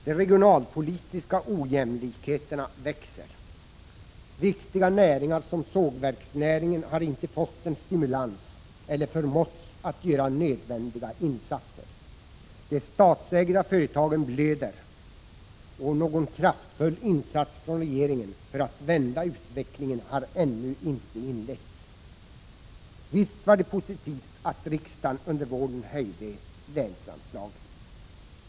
De regionalpolitiska ojämlikheterna växer. Viktiga näringar som sågverksnäringen har inte fått stimulans eller förmåtts att göra nödvändiga insatser. De statsägda företagen blöder, och någon kraftfull insats från regeringen för att vända utvecklingen har ännu inte inletts. Visst var det positivt att riksdagen under våren höjde länsanslagen.